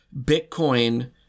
Bitcoin